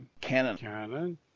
Canon